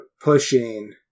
pushing